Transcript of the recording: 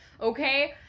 Okay